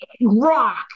rock